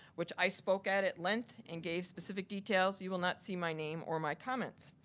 which i spoke at at length, and gave specific details, you will not see my name or my comments.